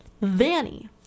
vanny